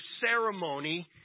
ceremony